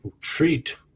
treat